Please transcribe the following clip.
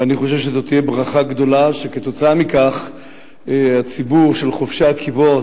ואני חושב שזו תהיה ברכה גדולה שכתוצאה מכך הציבור של חובשי הכיפות,